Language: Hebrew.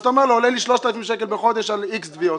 אז אתה אומר לו עולה לי 3,000 שקל בחודש על X תביעות.